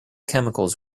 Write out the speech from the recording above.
chemicals